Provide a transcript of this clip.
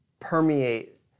permeate